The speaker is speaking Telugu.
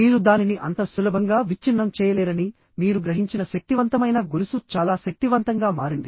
మీరు దానిని అంత సులభంగా విచ్ఛిన్నం చేయలేరని మీరు గ్రహించిన శక్తివంతమైన గొలుసు చాలా శక్తివంతంగా మారింది